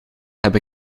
heb